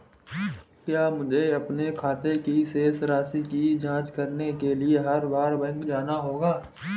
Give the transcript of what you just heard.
क्या मुझे अपने खाते की शेष राशि की जांच करने के लिए हर बार बैंक जाना होगा?